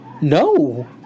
No